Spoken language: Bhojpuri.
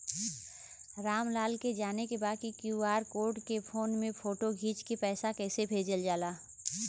राम लाल के जाने के बा की क्यू.आर कोड के फोन में फोटो खींच के पैसा कैसे भेजे जाला?